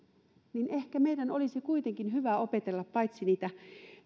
niin ehkä meidän olisi kuitenkin hyvä opetella paitsi niitä